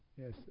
Yes